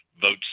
votes